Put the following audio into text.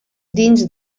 dins